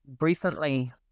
recently